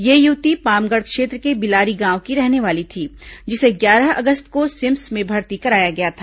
यह युवती पामगढ़ क्षेत्र के बिलारी गांव की रहने वाली थी जिसे ग्यारह अगस्त को सिम्स में भर्ती कराया गया था